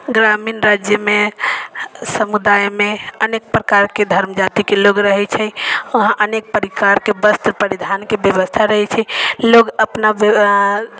ग्रामीण राज्यमे समुदायमे अनेक प्रकारके धर्म जातिके लोक रहै छै वहाँ अनेक प्रकारके वस्त्र परिधानके बेबस्था रहै छै लोक अपना